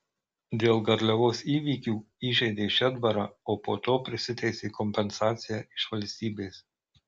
dėl garliavos įvykių įžeidė šedbarą o po to prisiteisė kompensaciją iš valstybės